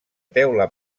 teula